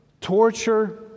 torture